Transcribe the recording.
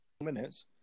minutes